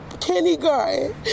kindergarten